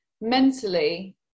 mentally